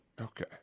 Okay